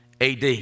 AD